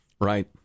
Right